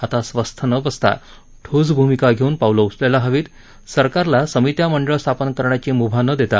आता स्वस्थ न बसता ठोस भूमिका घेऊन पावलं उचलायला हवीत सरकारला समित्या मंडळ स्थापन करण्याची मूभा न देता